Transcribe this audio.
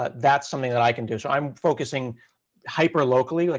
but that's something that i can do. so i'm focusing hyper-locally. like,